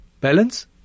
balance